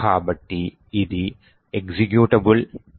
కాబట్టి ఇది executable tut2